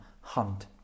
Hunt